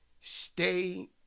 stay